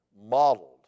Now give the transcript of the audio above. modeled